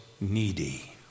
needy